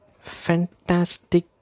Fantastic